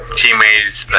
teammates